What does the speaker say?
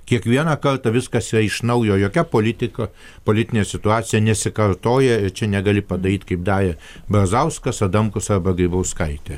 kiekvieną kartą viskas yra iš naujo jokia politika politinė situacija nesikartoja ir čia negali padaryt kaip darė brazauskas adamkus arba grybauskaitė